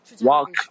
walk